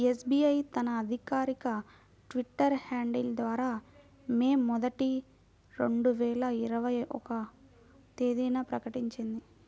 SBI తన అధికారిక Twitter handle ద్వారా మే మొదటి, రెండు వేల ఇరవై ఒక్క తేదీన ప్రకటించింది